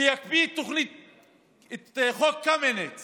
ושיקפיא את חוק קמיניץ